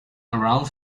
around